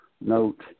note